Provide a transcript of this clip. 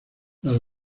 las